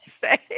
say